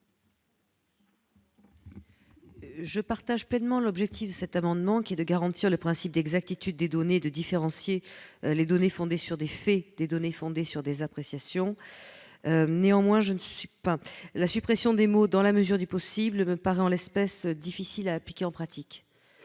Je partage pleinement l'objectif des auteurs de cet amendement, à savoir garantir le principe d'exactitude des données et différencier les données fondées sur des faits de celles qui sont fondées sur des appréciations. Néanmoins, la suppression des mots :« dans la mesure du possible » me semble, en l'espèce, difficile à appliquer en pratique.